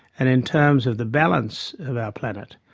and in terms of the balance of our planet,